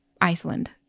Iceland